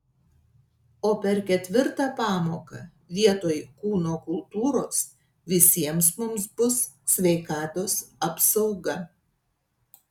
o per ketvirtą pamoką vietoj kūno kultūros visiems mums bus sveikatos apsauga